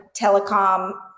telecom